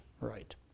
right